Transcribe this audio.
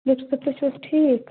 بہٕ تُہۍ چھُو حظ ٹھیٖک